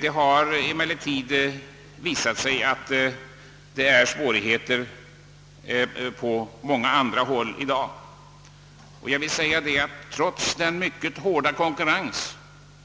Det har emellertid visat sig att situationen är svår också på många andra håll, och trots den hårda konkurrens